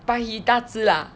but he 大只啦